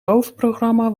hoofdprogramma